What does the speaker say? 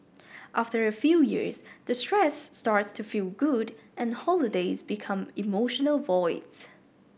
after a few years the stress starts to feel good and holidays become emotional voids